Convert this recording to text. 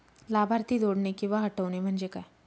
लाभार्थी जोडणे किंवा हटवणे, म्हणजे काय?